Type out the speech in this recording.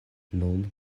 nun